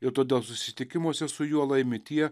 ir todėl susitikimuose su juo laimi tie